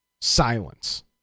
silence